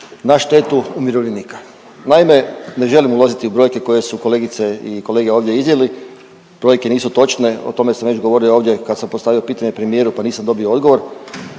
na štetu umirovljenika. Naime, ne želim ulaziti u brojke koje su kolegice i kolege ovdje iznijeli, brojke nisu točne, o tome sam već govorio ovdje kad sam postavio pitanje premijeru pa nisam dobio odgovor,